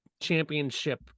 championship